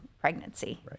pregnancy